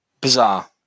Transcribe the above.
Bizarre